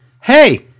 Hey